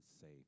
safe